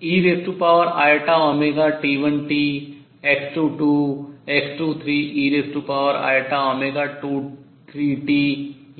x21 ei21t x22 x23 ei23t